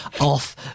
off